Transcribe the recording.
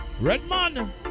Redman